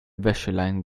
wäscheleinen